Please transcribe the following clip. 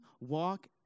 walk